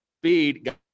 speed